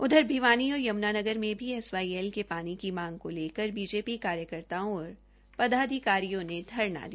उधर भिवानी यमुनानगर में भी एसवाईएल के पानी की मांग को लेकर बीजेपी कार्यकर्ताओं और पदाधिकारियों ने धरना दिया